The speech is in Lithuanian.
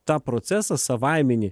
tą procesą savaiminį